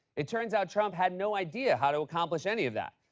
it turns out trump had no idea how to accomplish any of that.